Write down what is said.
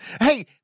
Hey